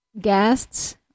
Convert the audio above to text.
guests